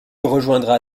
rejoindra